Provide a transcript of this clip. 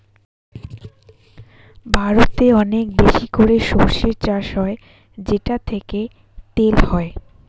ভারতে অনেক বেশি করে সরষে চাষ হয় যেটা থেকে তেল হয়